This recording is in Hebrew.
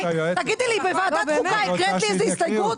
תגידי לי, בוועדת חוקה הקראת לי איזה הסתייגות?